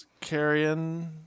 carrying